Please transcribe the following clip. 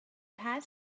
pat